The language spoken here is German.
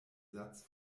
satz